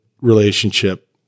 relationship